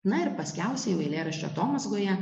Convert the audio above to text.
na ir paskiausiai jau eilėraščio atomazgoje